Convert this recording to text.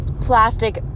plastic